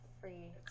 free